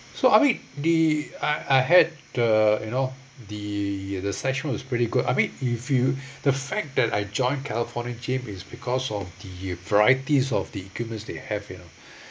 so I mean the I I had the you know the session was pretty good I mean if you the fact that I joined california gym is because of the of varieties of the equipment they have you know